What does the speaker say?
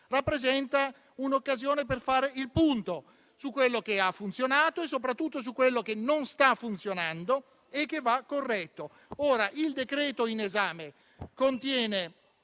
rappresenta allora un'occasione per fare il punto su quello che ha funzionato e soprattutto su quello che non sta funzionando e che va corretto. Il provvedimento in esame contiene